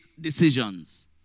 decisions